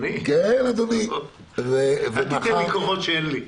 אל תיתן לי כוחות שאין לי.